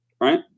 right